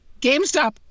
GameStop